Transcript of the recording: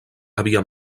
havia